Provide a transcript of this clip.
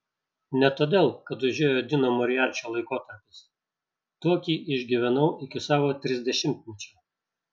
ne todėl kad užėjo dino moriarčio laikotarpis tokį išgyvenau iki savo trisdešimtmečio